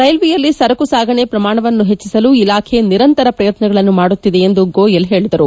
ರೈಲ್ವೆಯಲ್ಲಿ ಸರಕು ಸಾಗಣೆ ಪ್ರಮಾಣವನ್ನು ಹೆಚ್ಚಿಸಲು ಇಲಾಖೆ ನಿರಂತರ ಪ್ರಯತ್ನಗಳನ್ನು ಮಾಡುತ್ತಿದೆ ಗೋಯಲ್ ಹೇಳಿದರು